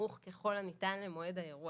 סמוך ככל הניתן למועד האירוע.